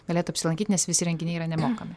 galėtų apsilankyt nes visi renginiai yra nemokami